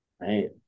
right